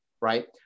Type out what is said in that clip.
Right